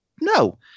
No